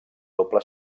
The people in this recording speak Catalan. doble